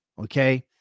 Okay